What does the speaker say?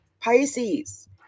pisces